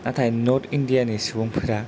नाथाय north India नि सुबुंफोरा